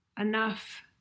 enough